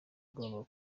igomba